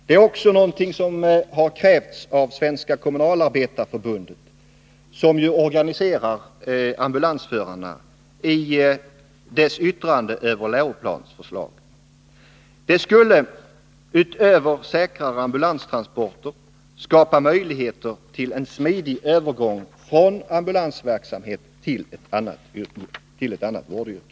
Det är också något som har krävts av Svenska kommunalarbetareförbundet, som organiserar ambulansförarna, i dess yttrande över läroplansförslaget. Det skulle, utöver säkrare ambulanstransporter, skapa möjligheter till en smidig övergång från ambulansverksamhet till annat vårdyrke.